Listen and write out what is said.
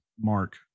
Mark